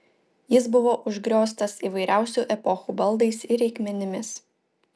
jis buvo užgrioztas įvairiausių epochų baldais ir reikmenimis